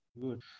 good